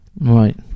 Right